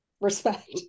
respect